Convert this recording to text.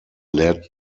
led